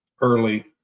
early